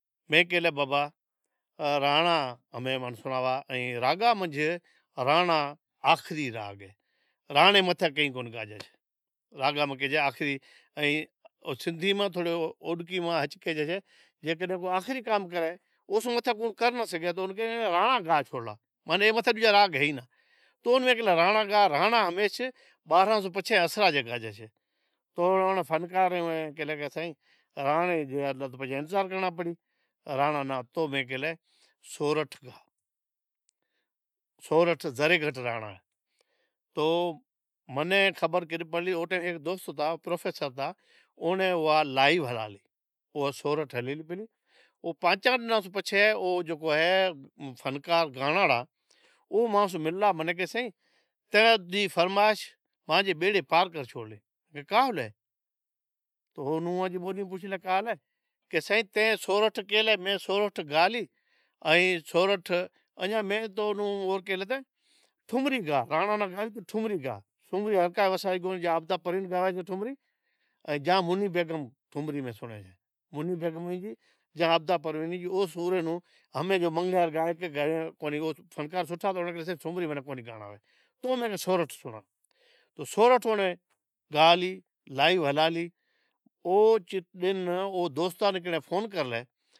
میں کہے لا بابا رانڑا ہمیں سنڑاوا ائیں راگاں منجھ رانڑا آخری راگ ہے، رانڑے متھے کئیں کونی گائجے، راگاں ماں راڑان آخری راگ ہے۔ ماںسندھیم ائین اوڈکی میں تھوڑی ہچ کیلی جاچھی جیکڈھن کو آخری کام کرے اوسوں متھے کوڑ کر ناں سگھی تو اون کیجی جا ہے کہے رانڑا گا چھوڑلا، مانیں ایس متھی ڈجا کوئی راگ ہیں کونی، رانڑا ہمیشہ بارہیں سوں پچھے اسرا جی گاجی سے، تو فنکار کہیں کہ رانڑا لا انتظار کرنڑا پڑے رانڑا ناں تو پہلے سورٹھ، سورٹھ زرے گھٹ رانڑا ہے، تو منیںپچھی خبر پڑلی، تو دوست ہتا پروفیسر ہتا اوڑین لائیو ہلالی، سورٹھ ہلے لی پلی تو پانچاں ڈناں پچھے او جکو اہے فنکار گانڑان ڑا او ملالا منین کہیں سائیں تے لی فرمائش ماڑین بیڑے پار کر چھوڑلی، کہے سائیں تیں سورٹھ کہلی میں سورٹھ گالی ائیں سورٹھ، انجا میں اون کہلے ٹھمری گا رانڑا ناں گائیس ٹھمری گا ٹھمری عابدہ پروین گاوی چھی ٹھمری، ائیں منی بعگم ٹھمری سنڑائے، باقی منگنڑہار کونی گائے سوٹھا فنکار نی بھی ٹھمری کونیں گائنڑ آوے تو میں کہیو سورٹھ سنڑا تو سورٹھ گالی لائیو ہلا لی او دن او دوستاں فون کرلی